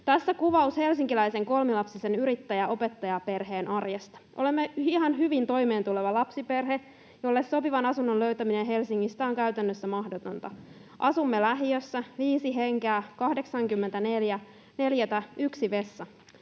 Tässä kuvaus helsinkiläisen kolmilapsisen yrittäjä—opettaja-perheen arjesta: ”Olemme ihan hyvin toimeentuleva lapsiperhe, jolle sopivan asunnon löytäminen Helsingistä on käytännössä mahdotonta. Asumme lähiössä, viisi henkeä, 84 neliötä, yksi vessa.